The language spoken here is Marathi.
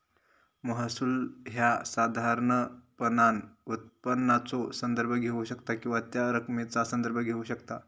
महसूल ह्या साधारणपणान उत्पन्नाचो संदर्भ घेऊ शकता किंवा त्या रकमेचा संदर्भ घेऊ शकता